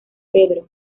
pedro